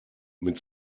mit